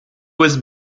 was